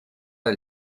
del